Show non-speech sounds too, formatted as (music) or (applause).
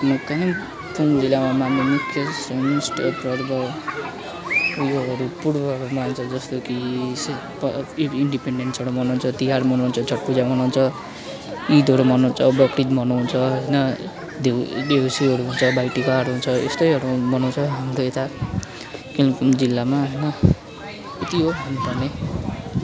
कालिम्पोङ जिल्लामा मानिने मुख्य चाहिँ (unintelligible) पर्व पुर्वहरू मान्छ जस्तो कि इन्डिपेन्डेन्सहरू मनाउँछ तिहार मनाउँछ छठ पूजा मनाउँछ ईदहरू मनाउँछ बकरीदहरू मनाउँछ होइन देउसीहरू हुन्छ भाइटिकाहरू हुन्छ यस्तैहरू मनाउँछ हाम्रो यता कालिम्पोङ जिल्लामा होइन यति हो भन्नु पर्ने